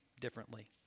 differently